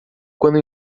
quando